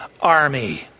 army